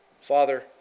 Father